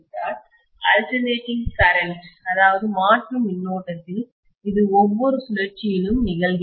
alternating current மாற்று மின்னோட்டத்தில் இது ஒவ்வொரு சுழற்சியிலும் நிகழ்கிறது